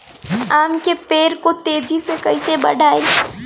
आम के पेड़ को तेजी से कईसे बढ़ाई?